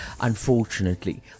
unfortunately